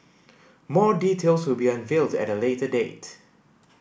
more details will be unveiled at a later date